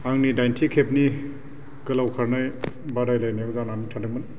आंनि दाइनथि खेबनि गोलाव खारनाय बादायलायनायाव जानानै थांदोंमोन